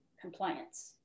compliance